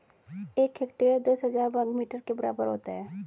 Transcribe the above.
एक हेक्टेयर दस हजार वर्ग मीटर के बराबर होता है